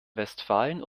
westfalen